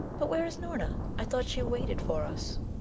but where is norna? i thought she waited for us.